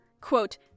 quote